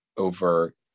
Over